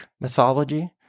mythology